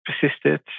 persisted